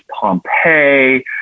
Pompeii